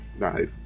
No